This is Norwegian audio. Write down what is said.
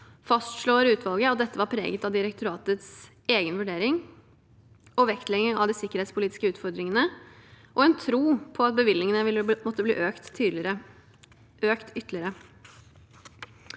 fastslår utvalget at dette var preget av direktoratets egen vurdering og vektlegging av de sikkerhetspolitiske utfordringene, og en tro på at bevilgningene ville måtte bli økt ytterligere.